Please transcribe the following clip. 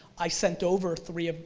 i sent over three